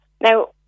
Now